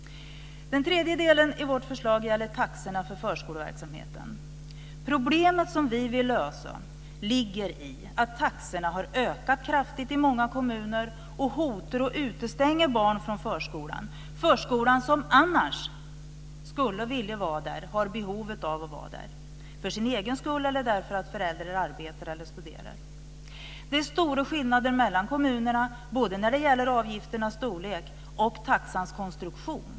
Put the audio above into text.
Den tredje delen i vårt förslag gäller taxorna för förskoleverksamheten. Problemet vi vill lösa ligger i att taxorna har ökat kraftigt i många kommuner och hotar att utestänga barn från förskolan, barn som annars skulle vilja vara där eller har behov av att vara där, för sin egen skull eller därför att föräldrarna arbetar eller studerar. Det är stora skillnader mellan kommunerna både när det gäller avgifternas storlek och taxans konstruktion.